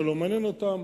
זה לא מעניין אותם.